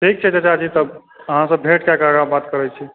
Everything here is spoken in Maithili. ठीक छै चचाजी तब अहाँसॅं भेट कए कऽ बात करै छी